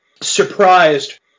surprised